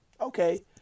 Okay